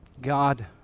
God